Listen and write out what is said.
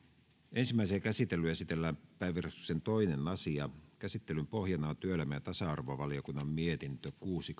ensimmäiseen käsittelyyn esitellään päiväjärjestyksen toinen asia käsittelyn pohjana on työelämä ja tasa arvovaliokunnan mietintö kuusi